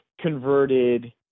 converted